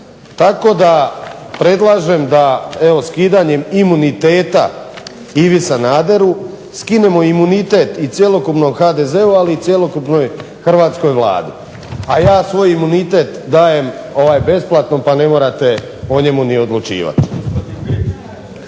Tako da predlažem da evo skidanjem imuniteta Ivi Sanaderu skinemo imunitet i cjelokupnom HDZ-u, ali i cjelokupnoj Hrvatskoj vladi. A ja svoj imunitet dajem besplatno pa ne morate o njemu ni odlučivati.